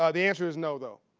ah the answer is no, though.